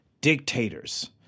dictators